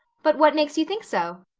but what makes you think so?